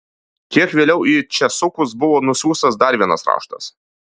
kiek vėliau į česukus buvo nusiųstas dar vienas raštas